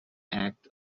act